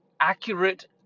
accurate